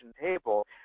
table